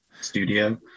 studio